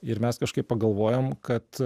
ir mes kažkaip pagalvojom kad